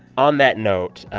on that note,